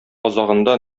азагында